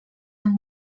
amb